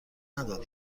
ندادم